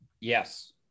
Yes